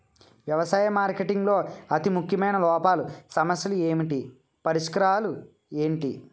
వ్యవసాయ మార్కెటింగ్ లో అతి ముఖ్యమైన లోపాలు సమస్యలు ఏమిటి పరిష్కారాలు ఏంటి?